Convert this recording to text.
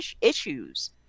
issues